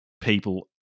people